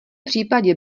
případě